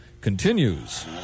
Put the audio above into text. continues